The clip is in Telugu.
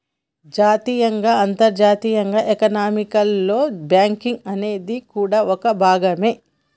జాతీయంగా అంతర్జాతీయంగా ఎకానమీలో బ్యాంకింగ్ అనేది కూడా ఓ భాగమే